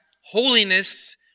holiness